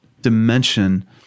dimension